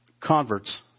converts